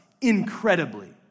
incredibly